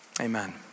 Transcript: amen